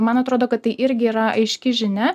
man atrodo kad tai irgi yra aiški žinia